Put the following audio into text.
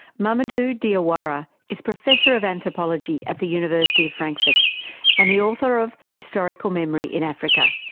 mamadou diawara is professor of anthropology at the university of frankfurt and the author of historical memory in africa.